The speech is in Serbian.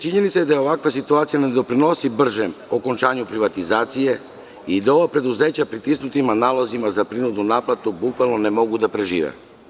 Činjenica je da ovakva situacija ne doprinosi bržem okončanju privatizacije i da ova preduzeća pritisnuta nalozima za prinudnu naplatu bukvalno ne mogu da prežive.